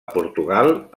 portugal